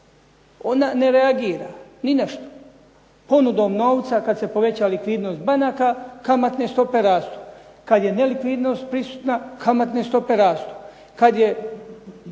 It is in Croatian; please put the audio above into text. Ona ne reagira ni na što. Ponudom novca kad se poveća likvidnost banaka kamatne stope rastu. Kad je nelikvidnost prisutna kamatne stope rastu. Kad je